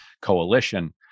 coalition